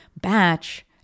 batch